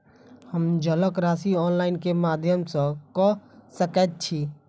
हम जलक राशि ऑनलाइन केँ माध्यम सँ कऽ सकैत छी?